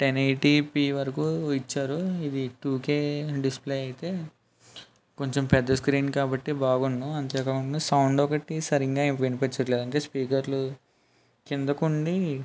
ten eighty p వరకు ఇచ్చారు ఇది టు కే డిస్ప్లే అయితే కొంచెం పెద్ద స్క్రీన్ కాబట్టి బాగుండు అంతే కాకుండా సౌండ్ ఒకటి సరింగ్గా వినిపించటం లేదండి స్పీకర్లు కిందకు ఉండి